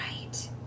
right